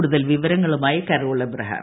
കൂടുതൽ വിവരങ്ങളുമായി Carol Abraham